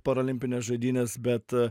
parolimpinės žaidynės bet